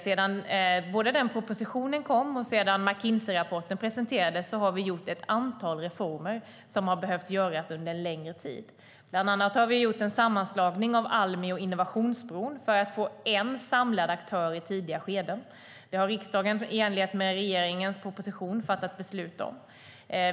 Sedan propositionen kom och McKinseyrapporten presenterades har vi gjort ett antal reformer som har behövt göras under en längre tid. Bland annat har vi gjort en sammanslagning av Almi och Innovationsbron för att få en samlad aktör i tidiga skeden. Det har riksdagen i enlighet med regeringens proposition fattat beslut om.